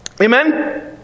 amen